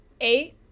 Eight